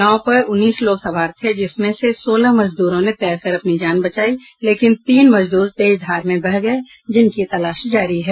नाव पर उन्नीस लोग सवार थे जिनमें से सोलह मजदूरों ने तैरकर अपनी जान बचायी लेकिन तीन मजदूर तेज धार में बह गये जिनकी तलाश जारी है